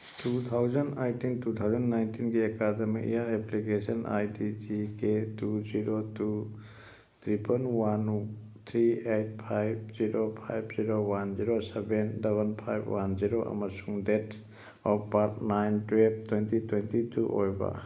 two thousand eighteen two thousand ꯅꯥꯏꯟꯇꯤꯟꯒꯤ academic year application I D G K two zero two triple one three eight five zero five zero one zero seven double five one zero ꯑꯃꯁꯨꯡ date of birth nine twelve twenty twenty two ꯑꯣꯏꯕ